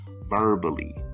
verbally